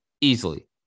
easily